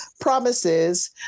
promises